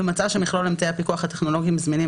ומצאה שמכלול אמצעי הפיקוח הטכנולוגיים הזמינים